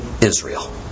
Israel